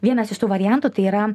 vienas iš tų variantų tai yra